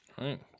right